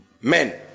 Men